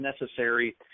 necessary